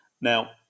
Now